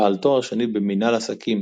בעל תואר שני במנהל עסקים